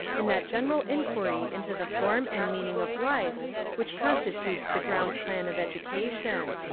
in that general enquiry into the form and mean ing of life which constitutes the ground plan of education.